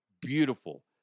Beautiful